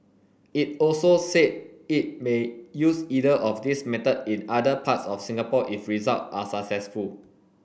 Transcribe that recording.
it also said it may use either of these method in other parts of Singapore if result are successful